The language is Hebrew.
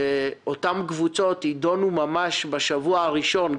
שאותן קבוצות יידונו ממש בשבוע הראשון.